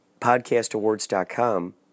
podcastawards.com